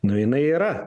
nu jinai yra